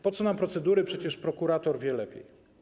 Po co nam procedury, przecież prokurator wie lepiej.